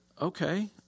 okay